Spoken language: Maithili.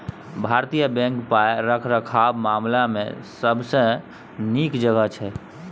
भारतीय बैंक पाय रखबाक मामला मे सबसँ नीक जगह छै